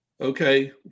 okay